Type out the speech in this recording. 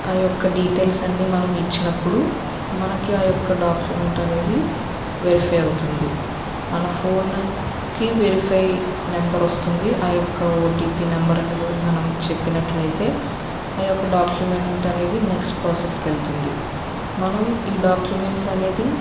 ఆ యొక్క డీటైల్స్ అన్ని మనం ఇచ్చినప్పుడు మనకి ఆ యొక్క డాక్యుమెంట్ అనేది వెరిఫై అవుతుంది మన ఫోన్కి వెరిఫై నెంబర్ వస్తుంది ఆ యొక్క ఓటిపి నెంబర్ మనం చెప్పినట్లయితే ఆ యొక్క డాక్యుమెంట్ అనేది నెక్స్ట్ ప్రోసెస్కి వెళ్తుంది మనం ఈ డాక్యుమెంట్స్ అనేది